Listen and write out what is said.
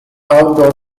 outdoor